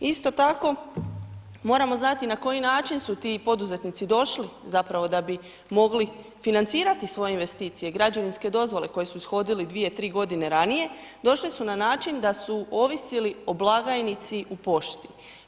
Isto tako, moramo znati na koji način su ti poduzetnici došli zapravo da bi mogli financirati svoje investicije, građevinske dozvole koje su ishodile 2., 3.g. ranije, došli su na način da su ovisili o blagajnici u pošti.